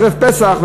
ערב פסח,